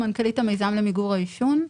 מנכ"לית המיזם למיגור העישון.